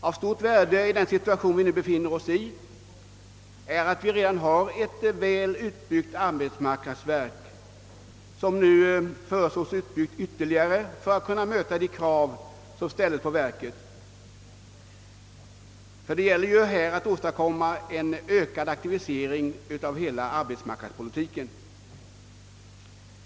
Av stort värde i den situation vi befinner oss i är att vi redan har ett väl fungerande arbetsmarknadsverk, som nu föreslås ytterligare utbyggt för att kunna motsvara de krav som ställs på det. Det gäller ju att åstadkomma en ökad aktivisering av hela arbetsmarknadspolitiken.